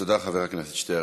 תודה, חבר הכנסת שטרן.